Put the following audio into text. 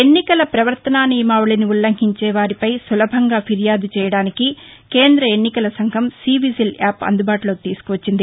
ఎన్నికల పవర్తనా నియమావళిని ఉల్లంఘించే వారిపై సులభంగా ఫిర్యాదు చేయడానికి కేంద ఎన్నికల సంఘం సీ విజిల్ యాప్ అందుబాటులోకి తీసుకువచ్చింది